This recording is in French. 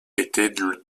étaient